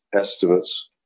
estimates